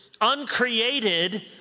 uncreated